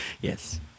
Yes